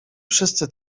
wszyscy